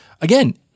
again